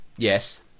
Yes